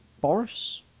Boris